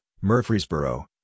Murfreesboro